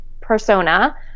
persona